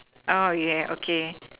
oh yes okay